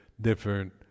different